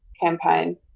campaign